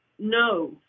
no